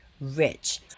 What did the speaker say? rich